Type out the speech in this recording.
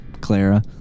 Clara